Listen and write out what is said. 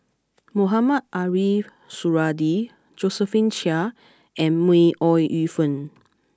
Mohamed Ariff Suradi Josephine Chia and May Ooi Yu Fen